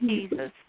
Jesus